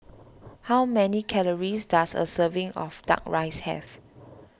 how many calories does a serving of Duck Rice have